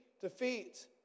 defeat